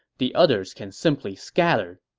the others can simply scatter.